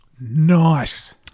Nice